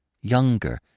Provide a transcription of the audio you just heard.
younger